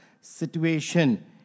situation